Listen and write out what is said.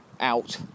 out